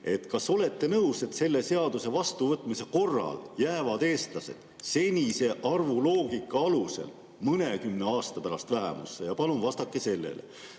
kas olete nõus, et selle seaduse vastuvõtmise korral jäävad eestlased senise arvuloogika alusel mõnekümne aasta pärast vähemusse? Palun vastake sellele. Nüüd